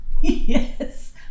Yes